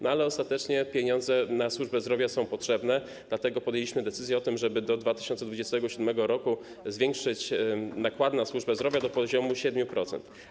Niemniej ostatecznie pieniądze na służbę zdrowia są potrzebne, dlatego podjęliśmy decyzję o tym, żeby do 2027 r. zwiększyć nakłady na służbę zdrowia do poziomu 7%.